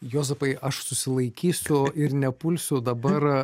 juozapai aš susilaikysiu ir nepulsiu dabar